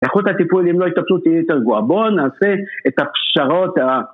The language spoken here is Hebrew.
איכות הטיפול אם לא יטפלו תהיה יותר גרועה, בואו נעשה את הפשרות ה...